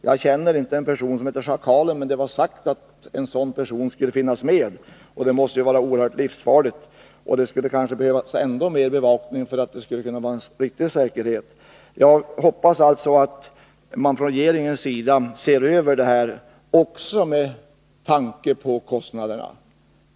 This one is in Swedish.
Jag känner inte en person som kallas Schakalen, men det var sagt att en sådan person skulle finnas med, och det måste ju vara oerhört farligt. Det skulle kanske behövas ännu mer bevakning för att det skulle kunna vara en riktig säkerhet. Jag hoppas alltså att man från regeringens sida ser över den här saken, också med tanke på kostnaderna.